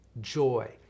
joy